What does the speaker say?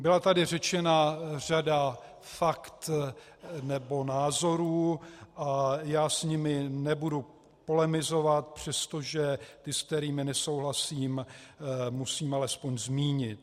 Byla tady řečena řada faktů nebo názorů a já s nimi nebudu polemizovat, přestože ty, s kterými nesouhlasím, musím alespoň zmínit.